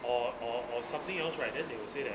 or or or something else right then they will say that